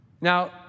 Now